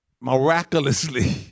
miraculously